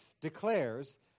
declares